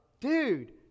dude